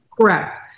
Correct